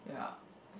yeah